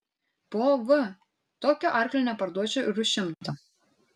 po v tokio arklio neparduočiau ir už šimtą